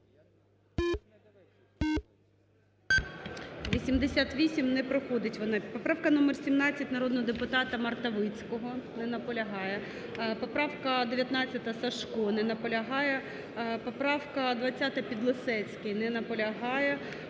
За-88 Не проходить вона. Поправка номер 17 народного депутата Мартовицького. Не наполягає. Поправка 19, Сажко. Не наполягає. Поправка 20, Підлісецький. Не наполягає.